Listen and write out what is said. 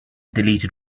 deleted